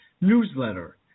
newsletter